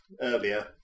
earlier